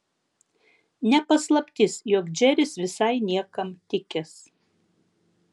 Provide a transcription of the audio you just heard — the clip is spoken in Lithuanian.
ne paslaptis jog džeris visai niekam tikęs